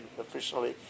officially